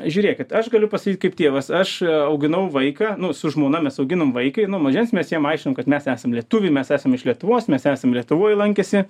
žiūrėkit aš galiu pasakyti kaip tėvas aš auginau vaiką nu su žmona mes auginom vaiką ir nuo mažens mes jam aiškinom kad mes esam lietuviai mes esam iš lietuvos mes esam lietuvoj lankęsi